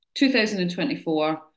2024